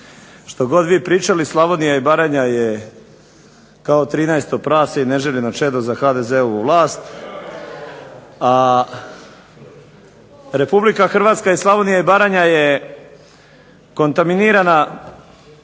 Što god vi pričali, Slavonija i Baranja je kao 13. prase i neželjeno čedo za HDZ-ovu vlast, a Republika Hrvatska i Slavonija i Baranja je kontaminirana